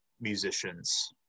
musicians